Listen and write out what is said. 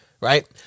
Right